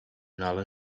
null